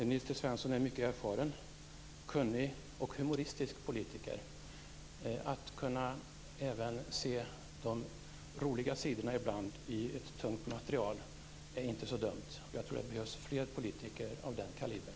Nils T Svensson är en mycket erfaren, kunnig och humoristisk politiker. Att kunna även se de roliga sidorna ibland i ett tungt material är inte så dumt. Det behövs fler politiker av den kalibern.